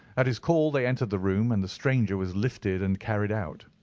at his call they entered the room, and the stranger was lifted and carried out.